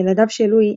ילדיו של לואי,